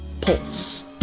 Pulse